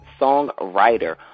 songwriter